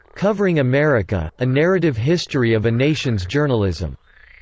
covering america a narrative history of a nation's journalism.